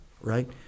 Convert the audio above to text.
right